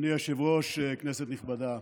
אדוני היושב-ראש, כנסת נכבדה,